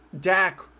Dak